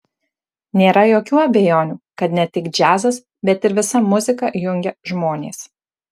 nėra jokių abejonių kad ne tik džiazas bet ir visa muzika jungia žmonės